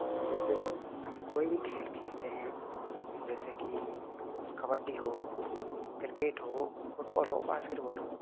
जैसे कि हम कोई भी खेल खेलते हैं जैसे की कबड्डी हो क्रिकेट हो फुटबॉल हो बास्केटबाल हो